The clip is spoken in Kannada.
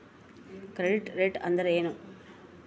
ಕ್ರೆಡಿಟ್ ರೇಟ್ ಅಂದರೆ ಏನು?